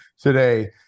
today